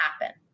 happen